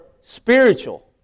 spiritual